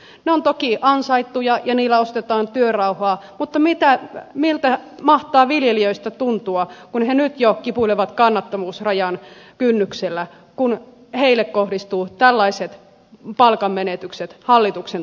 ne ovat toki ansaittuja ja niillä ostetaan työrauhaa mutta miltä mahtaa viljelijöistä tuntua kun hänet jo kipuilevat kannattavuusrajan kynnyksellä kun heille kohdistuvat tällaiset palkanmenetykset hallituksen toimesta kun he nyt jo kipuilevat kannattavuusrajan kynnyksellä